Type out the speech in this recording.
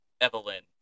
evelyn